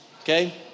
Okay